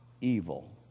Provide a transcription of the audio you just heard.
evil